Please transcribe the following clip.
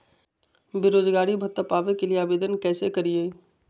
बेरोजगारी भत्ता पावे के लिए आवेदन कैसे करियय?